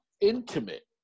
intimate